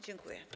Dziękuję.